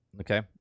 Okay